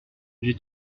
j’ai